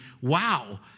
wow